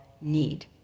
need